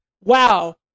Wow